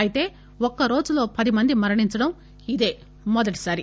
అయితే ఒక్కరోజులో పది మంది మరణించడం ఇదే మొదటిసారి